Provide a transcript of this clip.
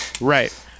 Right